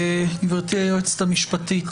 גברתי היועצת המשפטית,